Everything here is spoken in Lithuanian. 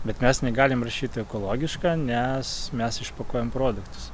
bet mes negalim rašyti ekologiška nes mes išpakuojam produktus